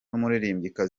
w’umunyamerika